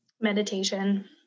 Meditation